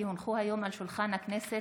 כי הונחו היום על שולחן הכנסת,